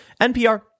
NPR